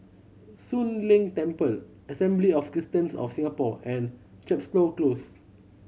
Soon Leng Temple Assembly of Christians of Singapore and Chepstow Close